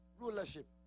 rulership